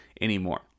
anymore